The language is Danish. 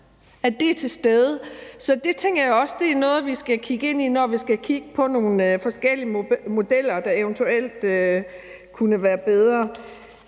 ind er til stede. Så det tænker jeg også er noget, vi skal kigge ind i, når vi skal kigge på nogle forskellige modeller, der eventuelt kunne være bedre.